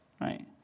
right